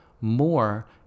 more